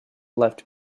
left